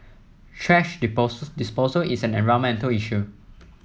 thrash disposal is an environmental issue